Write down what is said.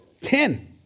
Ten